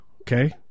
Okay